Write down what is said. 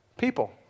People